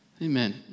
Amen